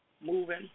moving